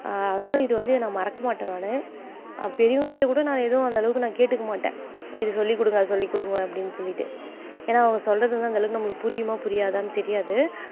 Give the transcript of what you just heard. அதனால் இது வந்து நான் மறக்கமாட்டேன் நான் பெரியவங்கக் கிட்டேக்கூட நான் எதுவும் அந்தளவுக்கு நான் கேட்டுக்க மாட்டேன் இது சொல்லிக் கொடுங்க அது சொல்லிக் கொடுங்க அப்படின்னு சொல்லிட்டு ஏன்னால் அவங்க சொல்கிறது வந்து அந்தளவுக்கு நம்மளுக்கு புரியுமா புரியாதான்னு தெரியாது